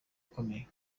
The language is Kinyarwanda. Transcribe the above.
akomeye